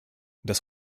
das